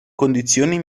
condizioni